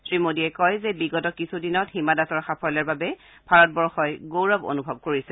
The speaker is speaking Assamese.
শ্ৰীমোদীয়ে কয় যে বিগত কিছু দিনত হিমা দাসৰ সাফল্যৰ বাবে ভাৰতবৰ্যই গৌৰৱ অনুভৱ কৰিছে